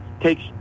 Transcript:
takes